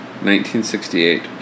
1968